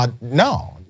no